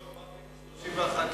לא, אמרתי "ב-31 במרס".